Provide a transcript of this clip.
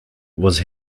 was